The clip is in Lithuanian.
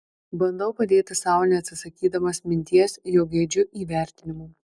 bandau padėti sau neatsisakydamas minties jog geidžiu įvertinimo